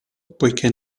poiché